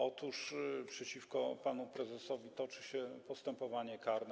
Otóż przeciwko panu prezesowi toczy się postępowanie karne.